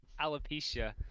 alopecia